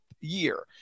year